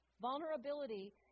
Vulnerability